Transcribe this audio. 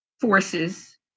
forces